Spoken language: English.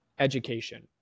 Education